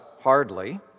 Hardly